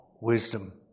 wisdom